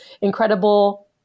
incredible